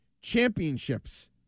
championships